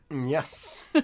yes